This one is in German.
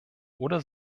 oder